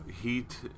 heat